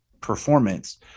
performance